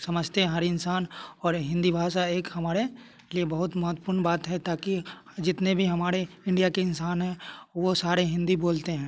समझते हैं हर इंसान और हिंदी भाषा एक हमारे लिए बहुत महत्वपूर्ण बात है ताकि जितने भी हमारे इंडिया के इंसान है वो सारे हिंदी बोलते हैं